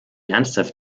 ernsthaft